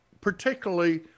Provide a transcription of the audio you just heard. particularly